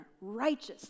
righteous